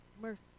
Mercy